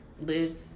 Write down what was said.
live